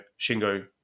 Shingo